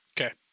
Okay